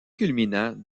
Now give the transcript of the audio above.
culminant